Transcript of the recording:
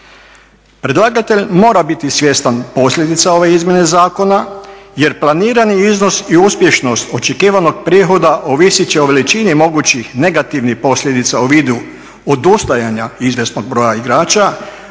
Predlagatelj mora biti svjestan posljedica ove izmjene zakona jer planirani iznos i uspješnost očekivanog prihoda ovisit će o veličini mogućih negativnih posljedica u vidu odustajanja izvjesnog broja igrača